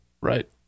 Right